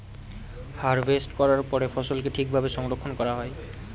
harvest করার পরে ফসলকে ঠিক ভাবে সংরক্ষন করা হয়